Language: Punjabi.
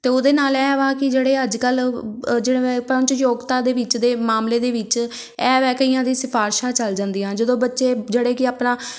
ਅਤੇ ਉਹਦੇ ਨਾਲ ਇਹ ਵਾ ਕਿ ਜਿਹੜੇ ਅੱਜ ਕੱਲ੍ਹ ਜਿਹੜੇ ਪੰਚ ਯੋਗਤਾ ਦੇ ਵਿੱਚ ਦੇ ਮਾਮਲੇ ਦੇ ਵਿੱਚ ਇਹ ਵੈ ਕਈਆਂ ਦੀ ਸਿਫਾਰਸ਼ਾਂ ਚੱਲ ਜਾਂਦੀਆਂ ਜਦੋਂ ਬੱਚੇ ਜਿਹੜੇ ਕਿ ਆਪਣਾ